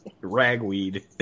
Ragweed